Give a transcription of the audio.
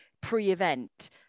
pre-event